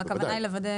כן.